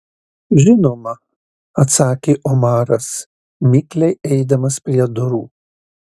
žinoma atsakė omaras mikliai eidamas prie durų